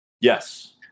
Yes